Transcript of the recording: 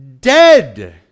dead